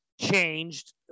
changed